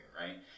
right